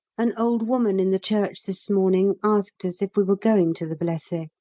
an old woman in the church this morning asked us if we were going to the blesses,